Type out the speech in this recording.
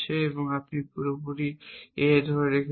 এবং আপনি A ধরে রেখেছেন